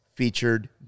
Featured